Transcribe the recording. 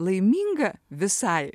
laiminga visai